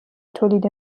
تولید